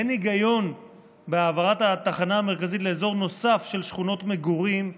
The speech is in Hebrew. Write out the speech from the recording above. אין היגיון בהעברת התחנה המרכזית לאזור נוסף של שכונות מגורים,